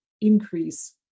increase